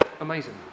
amazing